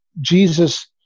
Jesus